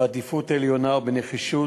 בעדיפות עליונה ובנחישות,